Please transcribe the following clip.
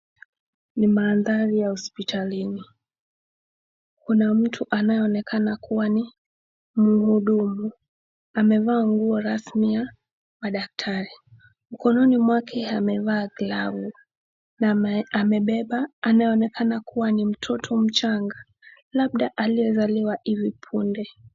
Ni maadhari ya hospitalini. Kuna mtu anayeonekana kuwa ni muudumu amevaa nguo rasmi ya madaktari. Mkononi mwake amevaa glavu na ame amembemba anayeonekana kuwa ni mtoto mchanga labda aliyezaliwa hivi punde.